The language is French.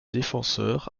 défenseur